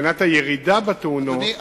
מבחינת הירידה בתאונות,